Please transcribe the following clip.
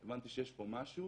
הבנתי שיש פה משהו